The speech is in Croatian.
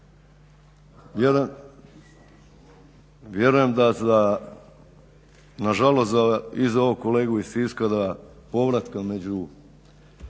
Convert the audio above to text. vjerujem da za, na žalost i za ovog kolegu iz Siska da povratka među